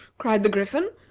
cried the griffin.